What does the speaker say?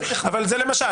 אבל זה למשל,